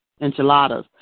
enchiladas